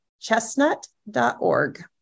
chestnut.org